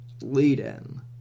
lead-in